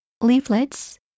Leaflets